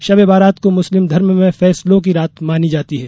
शब ए बारात को मुस्लिम धर्म में फैसलों की रात मानी जाती है